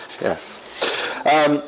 Yes